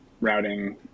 routing